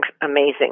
amazing